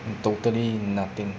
mm totally nothing